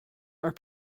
are